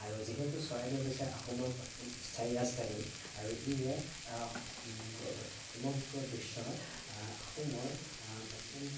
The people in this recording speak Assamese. আৰু যিহেতু চৰাইদেউ হৈছে আহোমৰ প্ৰথম স্থায়ী ৰাজধানী আৰু ইয়ে সমগ্ৰ বিশ্বত আহোমৰ প্ৰথম